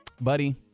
Buddy